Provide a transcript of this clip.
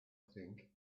think